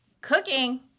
Cooking